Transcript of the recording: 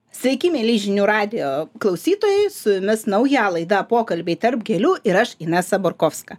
sveiki mieli žinių radijo klausytojai su jumis nauja laida pokalbiai tarp gėlių ir aš inesa borkovska